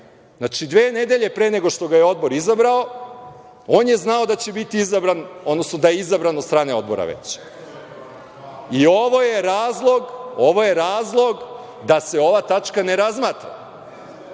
Znači, dve nedelje pre nego što ga je odbor izabrao, on je znao da će biti izabran, odnosno da je izabran od strane odbora već. Ovo je razlog da se ova tačka ne razmatra.